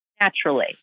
naturally